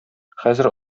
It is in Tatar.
хәзер